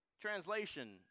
Translation